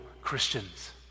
Christians